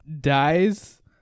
dies